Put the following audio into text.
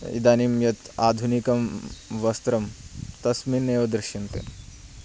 इदानीं यत् आधुनिकं वस्त्रं तस्मिन्नेव दृश्यन्ते